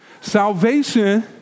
salvation